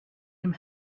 him